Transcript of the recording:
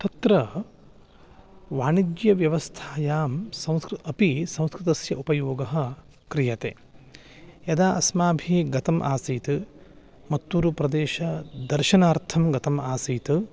तत्र वाणिज्यव्यवस्थायां संस्कृतम् अपि संस्कृतस्य उपयोगः क्रियते यदा अस्माभिः गतम् आसीत् मत्तुरुप्रदेशं दर्शनार्थं गतम् आसीत्